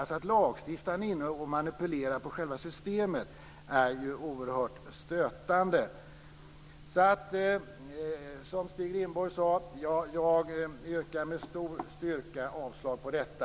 Att lagstiftaren är inne och manipulerar själva systemet är ju oerhört stötande. Som Stig Rindborg sade, jag yrkar med eftertryck avslag på detta.